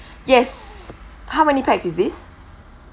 yes how many pax is this